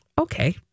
Okay